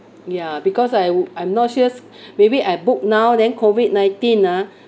ya because I w~ I'm not sure maybe I book now then COVID nineteen ah